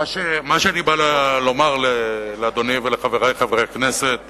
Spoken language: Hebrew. מה שאני בא לומר לאדוני ולחברי חברי הכנסת הוא,